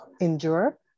endure